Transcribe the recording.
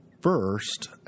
first